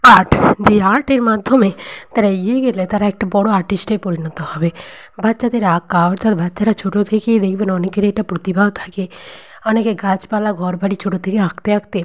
art যেই আর্টের মাধ্যমে তারা এগিয়ে গেলে তারা এগিয়ে গেলে তারা একটা বড়ো আর্টিস্টে পরিণত হবে বাচ্চাদের আঁকা অর্থাৎ বাচ্চারা ছোটো থেকেই দেখবেন অনেকের এইটা প্রতিভাও থাকে অনেকে গাছপালা ঘর বাড়ি ছোটো থেকে আঁকতে আঁকতে